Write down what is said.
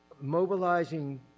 mobilizing